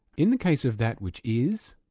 in the case of that which is,